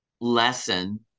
lesson